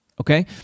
okay